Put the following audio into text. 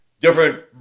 different